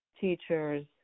teachers